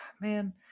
Man